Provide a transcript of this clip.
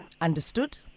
Understood